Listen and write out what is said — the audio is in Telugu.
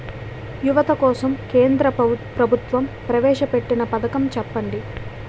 యువత కోసం కేంద్ర ప్రభుత్వం ప్రవేశ పెట్టిన పథకం చెప్పండి?